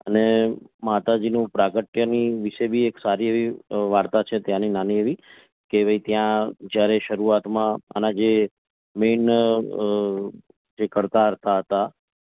અને માતાજીનું પ્રાગટ્યની વિશે બી સારી એવી વાર્તા છે ત્યાંની નાની એવી કે ભાઈ ત્યાં જ્યારે શરૂઆતમાં આના જે મેઈન જે કર્તાહર્તા હતા